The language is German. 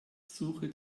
suche